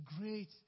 great